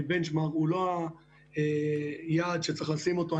הוא לא יעד שצריך לשים אותו.